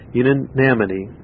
unanimity